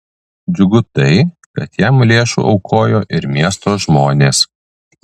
džiugu tai kad jam lėšų aukojo ir miesto žmonės